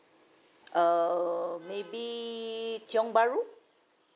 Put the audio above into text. err maybe tiong bahru